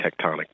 tectonic